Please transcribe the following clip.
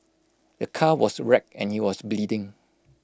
the car was wrecked and he was bleeding